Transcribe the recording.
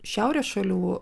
šiaurės šalių